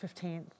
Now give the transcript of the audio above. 15th